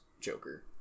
joker